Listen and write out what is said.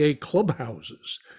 clubhouses